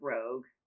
Rogue